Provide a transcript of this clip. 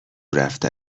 رفته